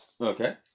Okay